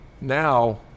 now